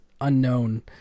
unknown